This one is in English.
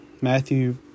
Matthew